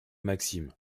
maxime